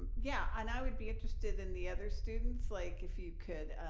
um yeah, and i would be interested in the other students. like, if you could,